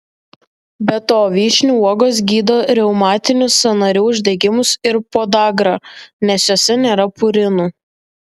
be to vyšnių uogos gydo reumatinius sąnarių uždegimus ir podagrą nes jose nėra purinų